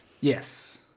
Yes